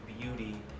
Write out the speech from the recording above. beauty